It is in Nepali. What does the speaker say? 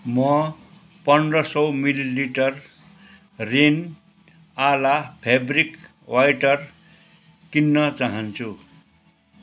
म पन्ध्र सय millilitre Rin Ala fabric whitener किन्न चाहन्छु